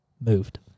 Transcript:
moved